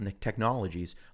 technologies